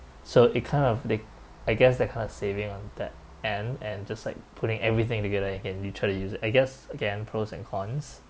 so it kind of they I guess they're kind of saving on that and and just like putting everything together you can you try to use it I guess again pros and cons